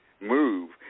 move